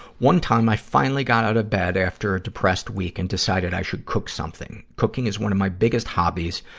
one time, i finally got out of bed after a depressed week and decided i should cook something. cooking is one of my biggest hobbies,